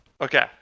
Okay